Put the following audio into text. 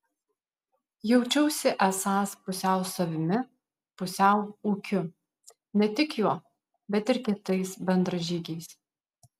jaučiausi esąs pusiau savimi pusiau ūkiu ne tik juo bet ir kitais bendražygiais